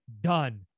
Done